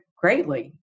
greatly